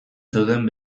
zeuden